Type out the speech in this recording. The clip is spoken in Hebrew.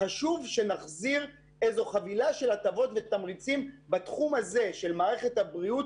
חשוב שנחזיר חבילה של הטבות ותמריצים בתחום של מערכת הבריאות.